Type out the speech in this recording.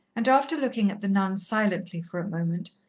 and after looking at the nun silently for a moment,